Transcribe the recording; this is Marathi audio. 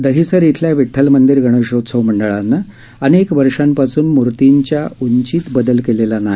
दहिसर इथल्या विट्ठल मंदिर गणेशोत्सव मंडळाने अनेक वर्षांपासून मूर्तिच्या उंचीत बदल केला नाही